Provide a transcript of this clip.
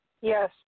Yes